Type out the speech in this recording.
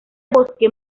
bosque